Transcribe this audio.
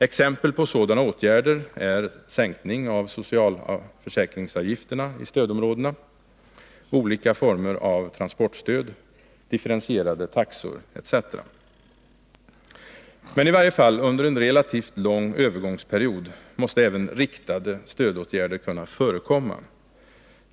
Exempel på sådana åtgärder är sänkning av socialförsäkringsavgifterna i stödområdena, olika former av transportstöd och differentierade taxor. Under i varje fall en relativt lång övergångsperiod måste emellertid även riktade stödåtgärder kunna förekomma.